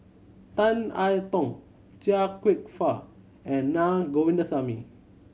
Tan I Tong Chia Kwek Fah and Na Govindasamy